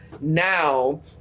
now